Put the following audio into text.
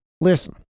Listen